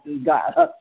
God